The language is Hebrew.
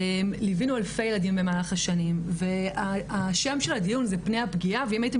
ליווינו אלפי ילדים במהלך השנים והשם של הדיון זה פני הפגיעה ואם הייתם